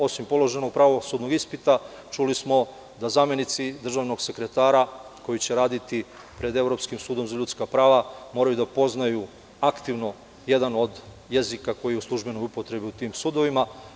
Osim položenog pravosudnog ispita, čuli smo da zamenici državnog sekretara, koji će raditi pred Evropskim sudom za ljudska prava, moraju da poznaju aktivno jedan od jezika koji je u službenoj upotrebi u tim sudovima.